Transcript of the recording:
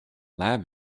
lab